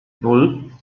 nan